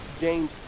James